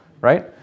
right